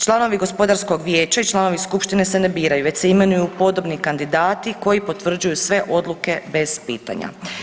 Članovi gospodarskog vijeća i članovi skupštine se ne biraju već se imenuju podobni kandidati koji potvrđuju sve odluke bez pitanja.